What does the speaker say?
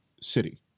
city